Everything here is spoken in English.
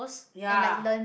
ya